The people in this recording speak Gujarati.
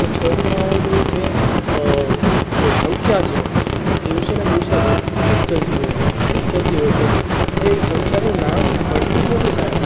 કે છોકરાઓની જે જે સંખ્યા છે એ દિવસે ને દિવસે વધતી જ જતી હોય વધતી જ જતી હોય છે કોઈ સંખ્યાનું નામ ઘટતું જ નથી સાહેબ